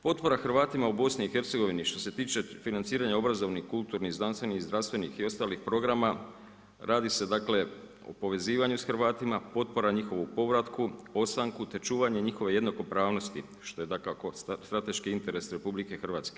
Potpora Hrvatskima u BIH što se tiče financiranja obrazovanih, kulturnih, znanstvenih, zdravstvenih i ostalih programa, radi se dakle, o povezivanja s Hrvatima, potpora u njihovu povratku, ostanku, te čuvanju njihove jednakopravnosti, što je dakako strateški interes RH.